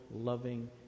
loving